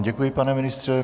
Děkuji vám, pane ministře.